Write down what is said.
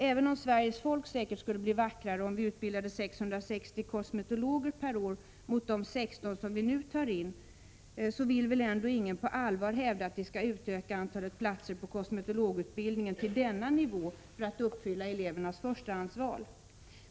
Även om Sveriges folk säkert skulle bli vackrare om vi utbildade 660 kosmetologer per år mot de 16 som vi nu tar in, vill väl ändå ingen på allvar hävda att vi skall utöka antalet platser på kosmetologutbildningen till denna nivå för att uppfylla elevernas förstahandsval.